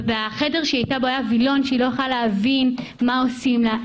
בחדר היה וילון והיא לא יכלה להבין מה עושים לה,